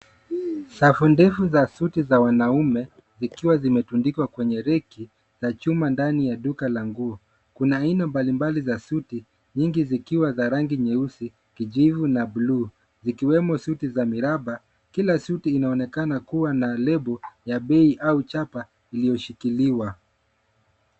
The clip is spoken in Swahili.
Safu ndefu za suti za wanaume zikiwa zimetundikwa kwenye reki la chuma ndani ya duka la nguo. Kuna aina mbali mbali za suti nyingi zikiwa za rangi nyeusi, kijivu na blue . Zikiwemo suti za miraba. Kila suti inaonekana kuwa na lebo ya bei au chapa iliyoshikiliwa.